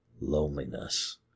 loneliness